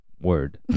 Word